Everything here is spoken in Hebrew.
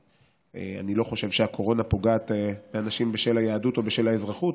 אני לא חושב שהקורונה פוגעת באנשים בשל היהדות או בשל האזרחות,